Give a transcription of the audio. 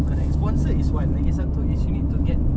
correct sponsor is one lagi satu is you need to get